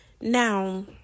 Now